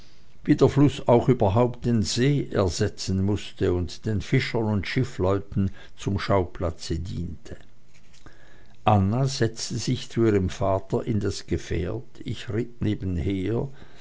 der fluß auch überhaupt den see ersetzen mußte und den fischern und schiffleuten zum schauplatz diente anna setzte sich zu ihrem vater in das gefährt ich ritt nebenher